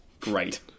Great